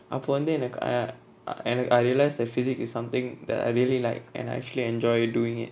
above வந்து எனக்கு:apo vanthu enaku eh ah எனக்கு:enaku I realised that physics is something that I really liked and I actually enjoy doing it